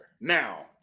now